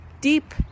deep